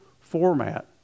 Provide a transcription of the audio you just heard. format